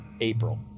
April